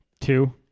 Two